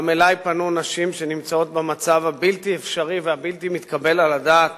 גם אלי פנו נשים שנמצאות במצב הבלתי-אפשרי והבלתי-מתקבל על הדעת